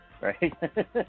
right